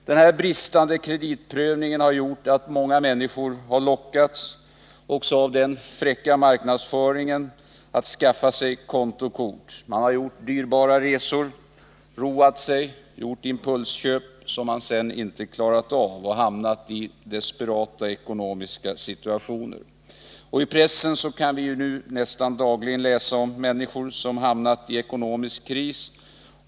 Den bristande kreditprövningen och den fräcka marknadsföringen har gjort att många människor har lockats att skaffa sig kontokort, gjort dyrbara resor, roat sig och gjort impulsköp, som de sedan inte kunnat klara av utan hamnat i desperata ekonomiska situationer. Och i pressen kan vi nu nästan dagligen läsa om människor som har hamnat i ekonomisk kris.